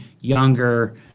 younger